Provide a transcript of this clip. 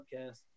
podcast